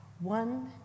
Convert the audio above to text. one